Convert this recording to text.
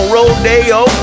Rodeo